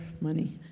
money